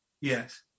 Yes